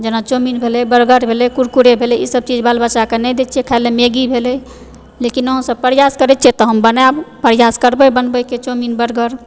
जेना चौमिन भेले बर्गर भेले कुरकुरे भेले ई सब चीज बाल बच्चाके नहि दै छियै खाए लए मैगी भेलै लेकिन हँ ओऽ सब प्रयास करै छै तऽ हम बनाएब प्रयास करबे बनाबै के चौमिन बर्गर